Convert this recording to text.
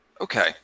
Okay